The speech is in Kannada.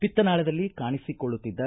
ಪಿತ್ತನಾಳದಲ್ಲಿ ಕಾಣಿಸಿಕೊಳ್ಳುತ್ತಿದ್ದ